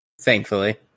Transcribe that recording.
Thankfully